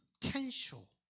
potential